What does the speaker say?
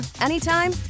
anytime